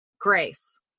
Grace